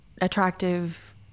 attractive